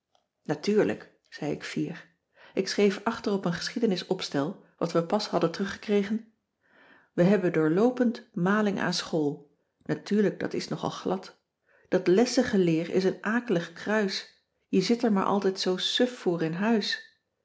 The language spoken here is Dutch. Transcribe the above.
natuurlijk zei ik fier ik schreef achter op een geschiedenisopstel wat we pas hadden teruggekregen wij hebben doorloopend maling aan school natuurlijk dat is nogal glad dat lessengeleer is een akelig kruis je zit er maar altijd zoo suf voor in huis